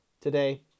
today